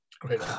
great